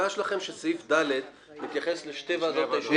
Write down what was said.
הבעיה שלכם היא שסעיף (ד) מתייחס לשתי ועדות האישורים ביחד.